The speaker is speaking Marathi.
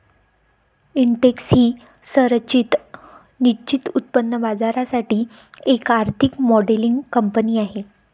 इंटेक्स ही संरचित निश्चित उत्पन्न बाजारासाठी एक आर्थिक मॉडेलिंग कंपनी आहे